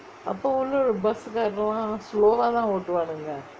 அப்போ உள்ளே:appo ullae bus காரங்கே லாம்:kaarangae laam slow ah தான் ஓட்டுவானுங்கே:than ottuvaanungae